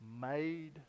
made